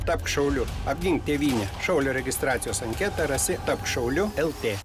tapk šauliu apgink tėvynę šaulio registracijos anketą rasi tapk šauliu lt